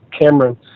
Cameron